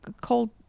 cold